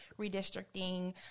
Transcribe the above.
redistricting